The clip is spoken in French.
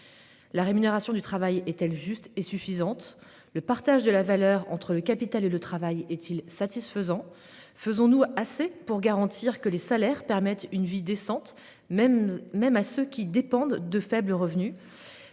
La rémunération du travail est-elle juste et suffisante ? Le partage de la valeur, entre le capital et le travail, est-il satisfaisant ? Faisons-nous assez pour garantir que les salaires permettent une vie décente, même à ceux qui dépendent de faibles revenus ?